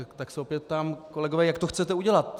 Tak se opět ptám, kolegové, jak to chcete udělat.